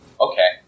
Okay